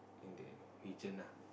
in the region ah